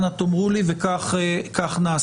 אנא תאמרו לי וכך נעשה.